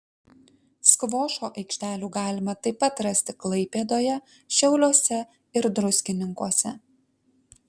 skvošo aikštelių galima taip pat rasti klaipėdoje šiauliuose ir druskininkuose